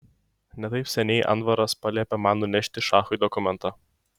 ne taip seniai anvaras paliepė man nunešti šachui dokumentą